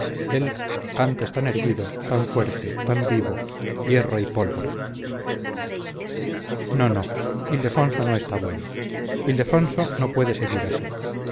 él antes tan erguido tan fuerte tan vivo hierro y pólvora no no ildefonso no está bueno ildefonso no puede seguir así